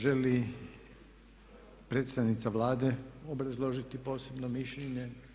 Želi predstavnica Vlade obrazložiti posebno mišljenje?